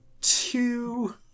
two